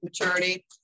maturity